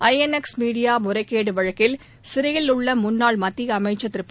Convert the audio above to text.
INX media முறைகேடு வழக்கில் சிறையில் உள்ள முன்னாள் மத்திய அமைச்சர் திரு ப